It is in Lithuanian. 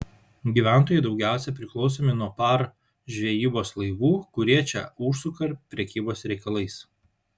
gyventojai daugiausiai priklausomi nuo par žvejybos laivų kurie čia užsuka prekybos reikalais